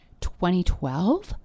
2012